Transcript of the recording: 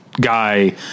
guy